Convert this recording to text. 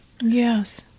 yes